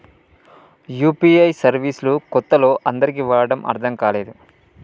UPI service లు కొత్తలో అందరికీ వాడటం అర్థం కాలేదు